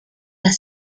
las